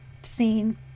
scene